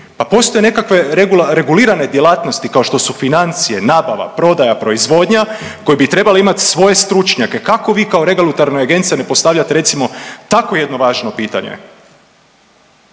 regulirane djelatnosti kao što su financije, nabava, prodaja, proizvodnja, koji bi trebali imati svoje stručnjake. Kako bi kao regulatorna agencija ne postavljate recimo tako jedno važno pitanje,